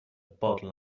bottle